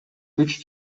күч